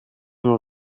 nur